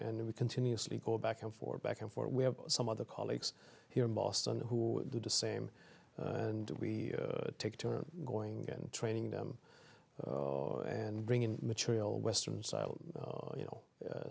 and we continuously go back and forth back and forth we have some other colleagues here in boston who do the same and we take turns going in training them and bringing material western style you know